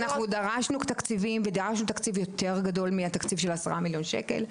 אנחנו דרשנו תקציבים ודרשנו תקציב יותר גדול מהתקציב של 10 מיליון שקל,